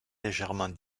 légèrement